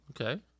Okay